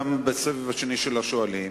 אתה בסבב השני של השואלים,